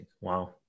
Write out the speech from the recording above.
wow